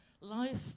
life